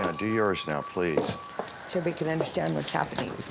ah do yours now, please. so we can understand what's happening.